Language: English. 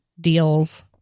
deals